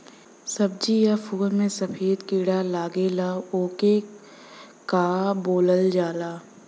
सब्ज़ी या फुल में सफेद कीड़ा लगेला ओके का बोलल जाला?